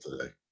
today